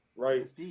Right